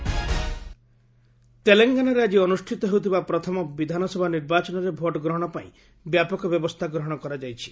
Telangana poll ତେଲେଙ୍ଗାନାରେ ଆଜି ଅନୁଷ୍ଠିତ ହେଉଥିବା ପ୍ରଥମ ବିଧାନସଭା ନିର୍ବାଚନରେ ଭୋଟ୍ ଗ୍ରହଣ ପାଇଁ ବ୍ୟାପକ ବ୍ୟବସ୍ଥା ଗ୍ରହଣ କରାଯାଇଛି